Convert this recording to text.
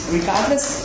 Regardless